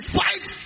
fight